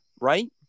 Right